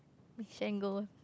we shan't go